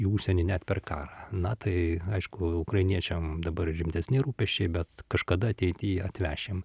į užsienį net per karą na tai aišku ukrainiečiam dabar rimtesni rūpesčiai bet kažkada ateityje atvešim